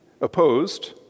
opposed